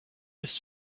his